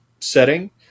setting